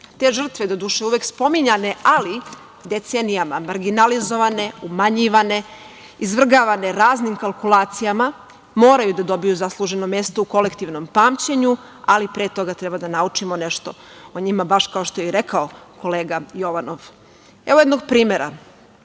žrtve doduše uvek spominjane, ali decenijama marginalizovane, umanjivane, izvrgavane raznim kalkulacijama, moraju da dobiju zasluženo mesto u kolektivnom pamćenju, ali pre toga treba da naučimo nešto o njima, baš kao što je i rekao kolega Jovanov. Evo jednog primera,